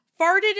farted